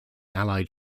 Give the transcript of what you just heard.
allied